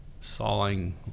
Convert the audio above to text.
sawing